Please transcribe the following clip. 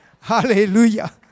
Hallelujah